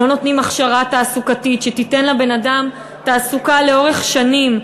לא נותנים הכשרה תעסוקתית שתיתן לבן-אדם תעסוקה לאורך שנים,